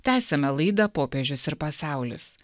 tęsiame laidą popiežius ir pasaulis